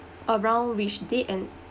around which date and